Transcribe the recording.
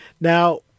Now